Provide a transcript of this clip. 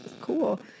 cool